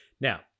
Now